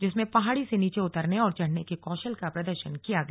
जिसमें पहाड़ी से नीचे उतरने और चढ़ने के कौशल का प्रदर्शन किया गया